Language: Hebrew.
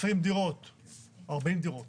40 דירות